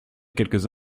quelques